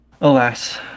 alas